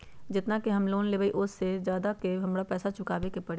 जेतना के हम लोन लेबई ओ से ज्यादा के हमरा पैसा चुकाबे के परी?